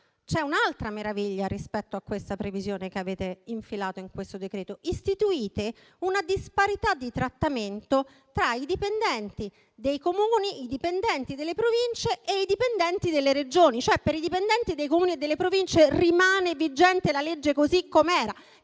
un'altra meraviglia rispetto a questa previsione che avete infilato nel decreto-legge in esame. Istituite una disparità di trattamento tra i dipendenti dei Comuni, i dipendenti delle Province e i dipendenti delle Regioni: per i dipendenti dei Comuni e delle Province rimane vigente la legge così com'era,